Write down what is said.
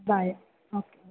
bye okay